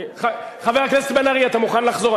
חבר הכנסת בן-ארי, אתה מוכן לחזור?